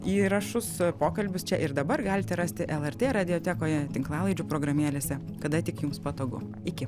įrašus pokalbius čia ir dabar galite rasti lrt radiotekoje tinklalaidžių programėlėse kada tik jums patogu iki